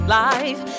life